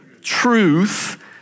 truth